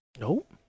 Nope